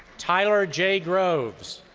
tyler j. groves.